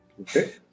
Okay